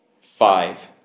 five